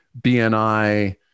BNI